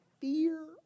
fear